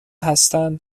هستن